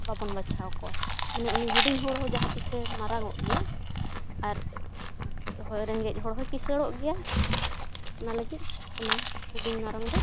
ᱵᱟᱵᱚᱱ ᱵᱟᱪᱷᱟᱣ ᱠᱚᱣᱟ ᱢᱟᱱᱮ ᱩᱱᱤ ᱦᱩᱰᱤᱧ ᱦᱚᱲ ᱦᱚᱸ ᱡᱟᱦᱟᱸ ᱛᱤᱥᱮ ᱢᱟᱨᱟᱝᱚᱜ ᱜᱮᱭᱟ ᱟᱨ ᱦᱳᱭ ᱨᱮᱸᱜᱮᱡ ᱦᱚᱲ ᱦᱚᱸᱭ ᱠᱤᱥᱟᱹᱲᱚᱜ ᱜᱮᱭᱟ ᱚᱱᱟ ᱞᱟᱹᱜᱤᱫ ᱚᱱᱟ ᱦᱩᱰᱤᱧ ᱢᱟᱨᱟᱝ ᱫᱚ